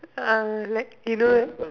uh like you know